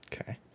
Okay